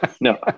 no